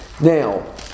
Now